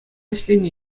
ӗҫленӗ